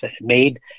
made